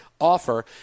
offer